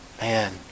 man